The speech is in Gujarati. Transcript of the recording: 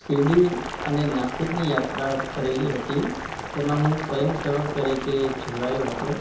શિરડી અને નાસિકની યાત્રા કરેલી હતી તેમાં હું સ્વયંસેવક તરીકે જોડાયો હતો